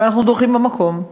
ואנחנו דורכים במקום,